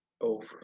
over